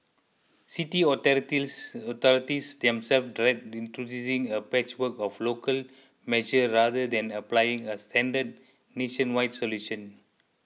city authorities themselves dread introducing a patchwork of local measures rather than applying a standard nationwide solution